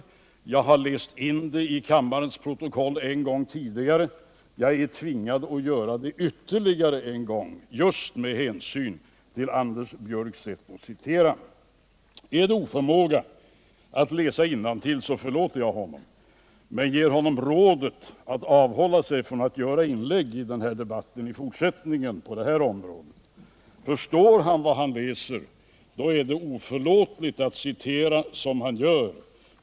Jag har läst in vad jag sade i kammarens protokoll en gång tidigare, och jag är tvungen att göra det ytterligare en gång just med hänsyn till Anders Björcks sätt att citera. Är det oförmåga att läsa innantill, så förlåter jag honom. Men jag ger honom rådet att avstå från att göra inlägg i den här debatten i fortsättningen. Förstår han vad han läser, är det oförlåtligt att citera som han gör.